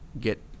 get